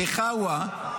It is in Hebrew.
בחאווה,